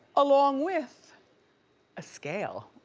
along with a scale.